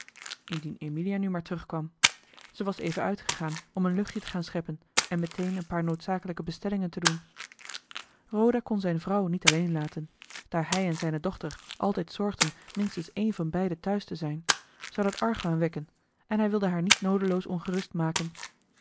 indien emilia nu maar terugkwam ze was even uitgegaan om een luchtje te gaan scheppen en meteen een paar noodzakelijke bestellingen te doen roda kon zijne vrouw niet alleen laten daar hij en zijne dochter altijd zorgden minstens één van beiden thuis te zijn zou dat argwaan wekken en hij wilde haar niet noodeloos ongerust maken